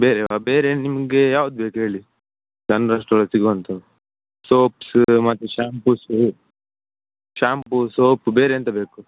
ಬೇರೆಯ ಬೇರೆ ನಿಮಗೆ ಯಾವ್ದು ಬೇಕು ಹೇಳಿ ಜನ್ರಲ್ ಸ್ಟೋರ್ ಸಿಗುವಂಥ ಸೋಪ್ಸ್ ಮತ್ತು ಶ್ಯಾಂಪುಸ್ ಶ್ಯಾಂಪೂ ಸೋಪು ಬೇರೆ ಎಂತ ಬೇಕು